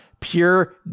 pure